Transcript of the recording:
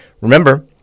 remember